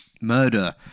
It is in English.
murder